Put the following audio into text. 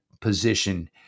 position